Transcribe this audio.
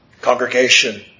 Congregation